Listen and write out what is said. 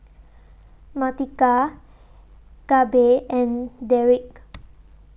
Martika Gabe and Derik